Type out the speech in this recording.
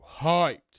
hyped